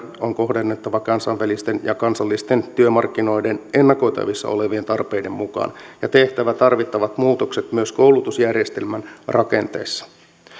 on kohdennettava kansainvälisten ja kansallisten työmarkkinoiden ennakoitavissa olevien tarpeiden mukaan ja tehtävä tarvittavat muutokset myös koulutusjärjestelmän rakenteessa